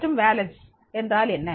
மற்றும் வேலன்ஸ் என்றால் என்ன